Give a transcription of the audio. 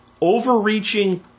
overreaching